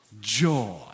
Joy